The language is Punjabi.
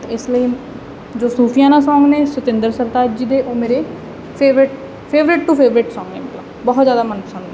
ਇਸ ਲਈ ਜੋ ਸੂਫੀਆਂਨਾ ਸੌਂਗ ਨੇ ਸਤਿੰਦਰ ਸਰਤਾਜ ਜੀ ਦੇ ਉਹ ਮੇਰੇ favourite favourite too favourite song ਬਹੁਤ ਜ਼ਿਆਦਾ ਮਨ ਪਸੰਦ ਨੇ ਮਤਲਬ